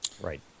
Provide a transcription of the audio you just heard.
right